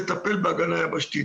תטפל בהגנה היבשתית.